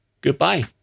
goodbye